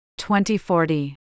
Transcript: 2040